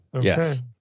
Yes